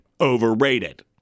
overrated